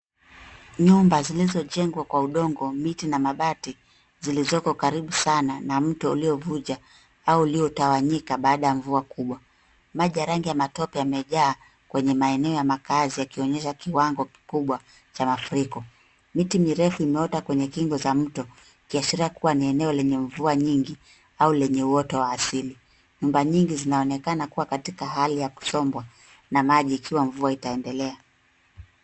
Nyumba zilizojengwa kwa udongo, miti na mabati zilizoko karibu sana na mto uliovuja au uliotawanyika baada ya mvua kubwa. Maji ya rangi ya matope yamejaa kwenye maeneo ya makazi yakionyesha kiwango kikubwa cha mafuriko. Miti mirefu imeota kwenye kingo za mto ikiashiria kuwa ni eneo lenye mvua nyingi au lenye uoto wa asili. Nyumba nyingi zinaonekana kuwa katika hali ya kusombwa na maji ikiwa mvua itaendelea.